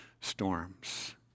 storms